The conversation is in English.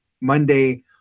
Monday